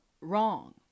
wrong